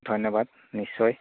ধন্যবাদ নিশ্চয়